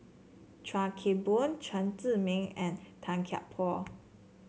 Chuan Keng Boon Chen Zhiming and Tan Kian Por